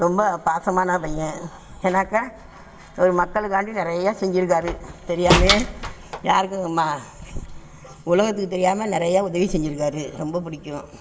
ரொம்ப பாசமான பையன் ஏன்னாக்கா அவர் மக்களுக்காண்டி நிறையா செஞ்சுருக்காரு தெரியாமயே யாருக்கும் உலகத்துக்கு தெரியாமல் நிறைய உதவி செஞ்சுருக்காரு ரொம்ப பிடிக்கும்